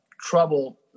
trouble